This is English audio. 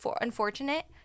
unfortunate